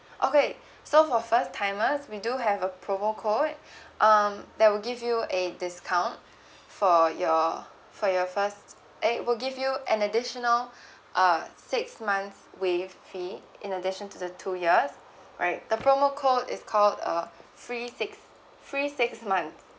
okay so for first timers we do have a promo code um that will give you a discount for your for your first it will give you an additional uh six months waive fee in addition to the two years right the promo code is called uh free six~ free six month